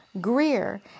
Greer